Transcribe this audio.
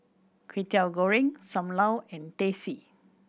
Kwetiau Goreng Sam Lau and Teh C